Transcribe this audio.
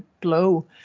blow